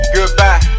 Goodbye